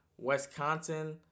Wisconsin